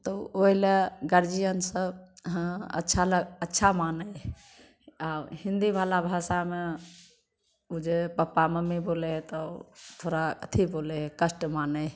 तऽ ओहिले गार्जिअनसभ अहाँ अच्छा लऽ अच्छा मानै हइ आओर हिन्दीवला भाषामे जे पप्पा मम्मी बोलै हइ तऽ थोड़ा अथी बोलै हइ कष्ट मानै हइ